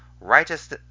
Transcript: righteous